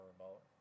remote